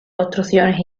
construcciones